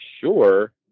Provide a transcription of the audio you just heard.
sure